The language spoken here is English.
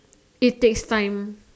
it takes time